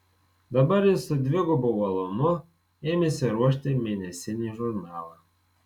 dabar jis su dvigubu uolumu ėmėsi ruošti mėnesinį žurnalą